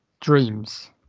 dreams